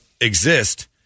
exist